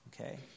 okay